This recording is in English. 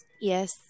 Yes